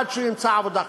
עד שהוא ימצא עבודה חדשה,